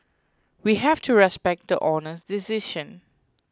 we have to respect the Honour's decision